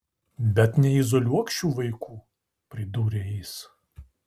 bet neizoliuok šių vaikų pridūrė jis